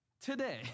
today